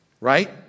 right